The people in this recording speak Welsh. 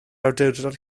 awdurdod